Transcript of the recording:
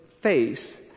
face